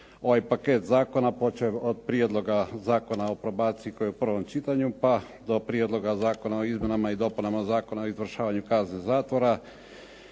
ovaj paket zakona počev od Prijedloga zakona o probaciji koji je u prvom čitanju pa do Prijedloga zakona o izmjenama i dopunama Zakona o izvršavanju kazne zatvora